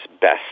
best